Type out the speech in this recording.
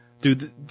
dude